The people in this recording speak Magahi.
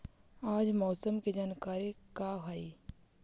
आज मौसम के जानकारी का हई?